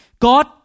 God